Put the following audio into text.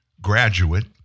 graduate